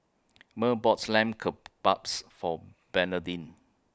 Murl bought Lamb Kebabs For Bernardine